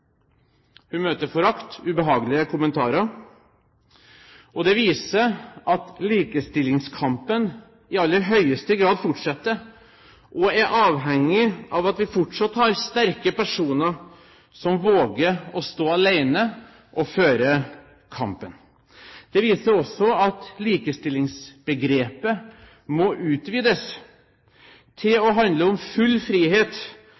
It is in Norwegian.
Hun møter forakt, ubehagelige kommentarer. Det viser at likestillingskampen i aller høyeste grad fortsetter og er avhengig av at vi fortsatt har sterke personer som våger å stå alene og føre kampen. Det viser også at likestillingsbegrepet må utvides til å handle om full frihet